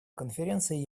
конференция